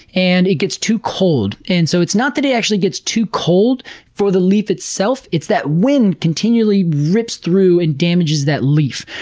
and it gets too cold. and so it's not that it actually gets too cold for the leaf itself, it's that wind continually rips through and damages that leaf.